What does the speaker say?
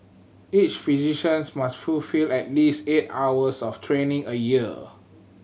each physicians must fulfil at least eight hours of training a year